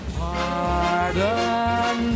pardon